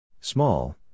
Small